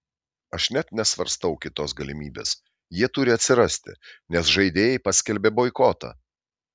aš net nesvarstau kitos galimybės jie turi atsirasti nes žaidėjai paskelbė boikotą